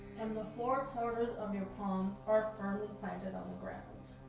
and the four corners of your palms are firmly planted on the ground.